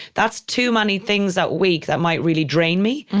that's too many things that week that might really drain me.